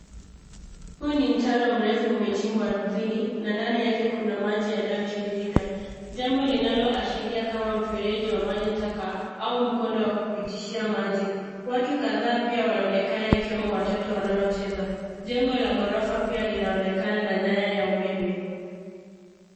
Huu ni mtaro mrefu umejimbwa ardhini na ndani yake kuna maji yanayotiririka. Jambo linaloashiria kama mfereji wa maji taka au mkondo wa kupitishia maji. Watu kadhaa pia wanaonekana ikiwemo watoto wanaocheza. Jengo la ghorofa pia linaonekana na nyaya ya umeme.